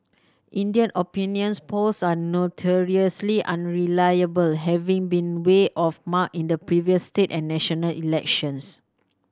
India opinions polls are notoriously unreliable having been way off mark in the previous state and national elections